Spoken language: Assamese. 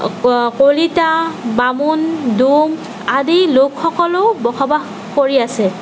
ক কলিতা বামুণ ডোম আদি লোকসকলো বসবাস কৰি আছে